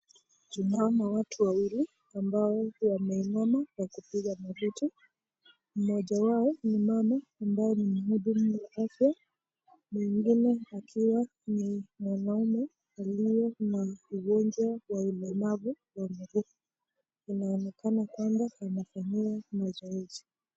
Tunaona watu wawili ambao wamesimama kwa kupiga mapicha. Mmoja wao ni mama ambaye ni mhudumu wa afya. Mwingine akiwa ni mwanamume aliye na ugonjwa wa ulemavu wa mguu. Inaonekana kwamba anafanyiwa mazoezi.